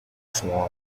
swan